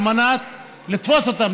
על מנת לתפוס אותם,